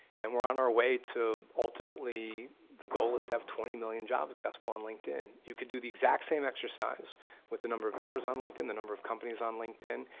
and we're on our way to ultimately the goal is to have twenty million jobs accessible on linkedin. you could do the exact same exercise with the number of members on linkedin, the number of companies on linkedin,